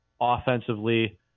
offensively